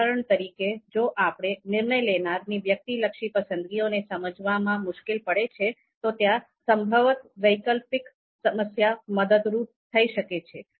ઉદાહરણ તરીકે જો આપણે નિર્ણય લેનારા ની વ્યક્તિલક્ષી પસંદગીઓને સમજવામાં મુશ્કેલી પડે છે તો ત્યાં સંભવત વૈકલ્પિક સમસ્યા મદદરૂપ થઈ શકે છે